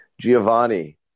Giovanni